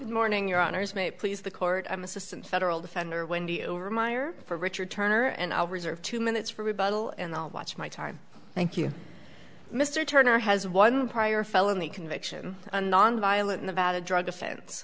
morning your honour's may please the court i'm assistant federal defender wendy over myer for richard turner and i'll reserve two minutes for rebuttal and i'll watch my time thank you mr turner has one prior felony conviction a nonviolent nevada drug offen